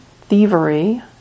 thievery